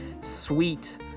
sweet